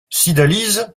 cydalise